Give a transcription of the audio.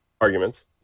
arguments